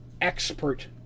expert